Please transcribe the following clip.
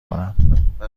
کنم